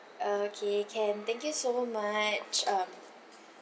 oh okay can thank you so much um